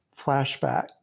flashback